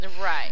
Right